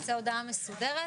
תצא הודעה מסודרת.